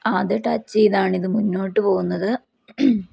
അത് ടച്ച് ചെയ്താണിത് മുന്നോട്ട് പോവുന്നത്